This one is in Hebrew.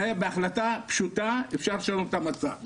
בהחלטה פשוטה אפשר לשנות את המצב.